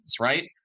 right